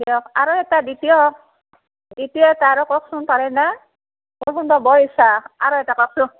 দিয়ক আৰু এটা দ্বিতীয় দ্বিতীয় এটা আৰু কওকচোন বৰ ইচ্ছা আৰু এটা কওকচোন